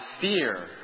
fear